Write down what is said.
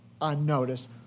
unnoticed